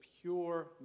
pure